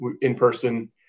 in-person